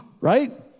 Right